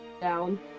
down